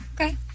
Okay